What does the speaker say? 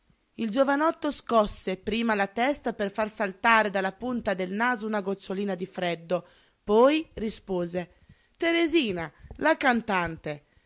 il giovanotto scosse prima la testa per far saltare dalla punta del naso una gocciolina di freddo poi rispose teresina la cantante